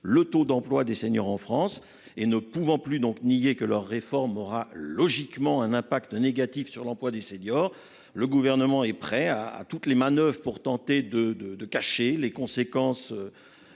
le taux d'emploi des seniors en France et ne pouvant plus donc nier que leur réforme aura logiquement un impact négatif sur l'emploi des seniors. Le gouvernement est prêt à à toutes les manoeuvres pour tenter de de de cacher les conséquences.